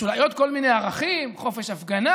יש אולי עוד כל מיני ערכים: חופש הפגנה,